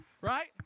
right